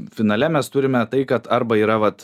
finale mes turime tai kad arba yra vat